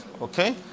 okay